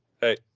hey